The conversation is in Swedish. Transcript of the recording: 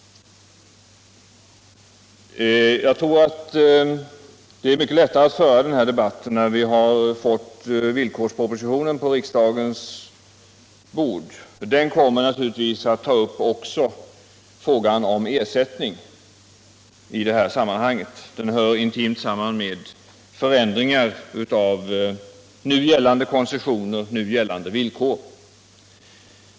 Jag tror att det är mycket lättare att föra den här debatten när vi har fått villkorspropositionen på riksdagens bord, för i den kommer naturligtvis att tas upp också frågan om ersättning; den hör intimt samman med förändringar i nu gällande koncessioner och villkor.